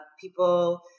People